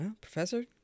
professor